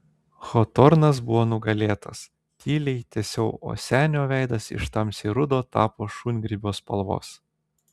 hotornas buvo nugalėtas tyliai tęsiau o senio veidas iš tamsiai rudo tapo šungrybio spalvos